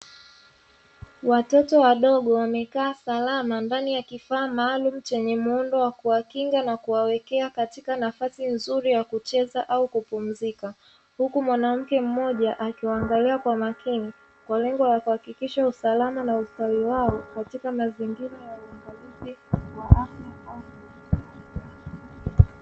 Watoto wadogo wamekaa salama ndani ya kifaa maalumu chenye muundo wa kuwa kinga na kuwa weka katika nafasi nzuri ya kucheza au kupumzika, huku mwanamke mmoja akiwangalia kwa makini, kwa lengo la kuhakikisha usalama na ustawi wao katika mazingira ya uangalizi wa afya.